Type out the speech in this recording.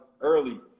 early